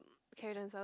carry themselves